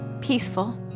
peaceful